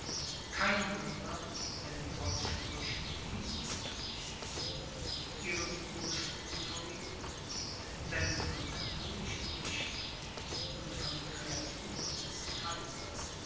kein wunder wenn die aussprüche dieses gerichtshof ihren ursprung verriethen wenn von katholischen richtern und von creaturen des kaisers